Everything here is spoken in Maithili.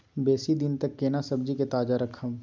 बेसी दिन तक केना सब्जी के ताजा रखब?